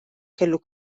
kellu